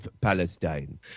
Palestine